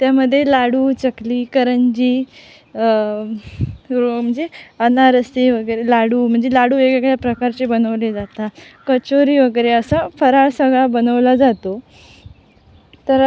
त्यामध्ये लाडू चकली करंजी म्हणजे अनारसे वगैरे लाडू म्हणजे लाडू वेगवेगळ्या प्रकारचे बनवले जातात कचोरी वगैरे असं फराळ सगळा बनवला जातो तर